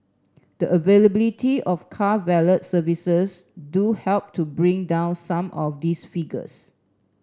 the availability of car valet services do help to bring down some of these figures